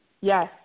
yes